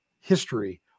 history